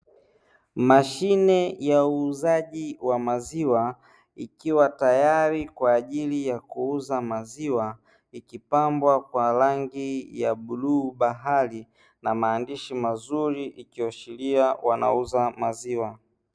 Mashine ya uuzaji wa maziwa ikiwa tayari kwa ajili ya kuuza maziwa, ikipambwa kwa rangi ya bluu bahari na maandishi mazuri ikiashiria wanauza maziwa.